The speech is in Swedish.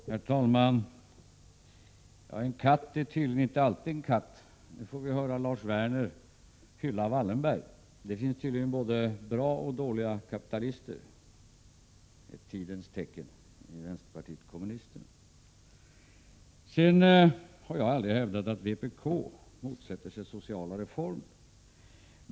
Herr talman! En katt är tydligen inte alltid en katt. Nu får vi höra Lars Werner hylla Wallenberg. Enligt Lars Werner finns det tydligen både bra och dåliga kapitalister — ett tidens tecken i vänsterpartiet kommunisterna. Jag har aldrig hävdat att vpk motsätter sig sociala reformer.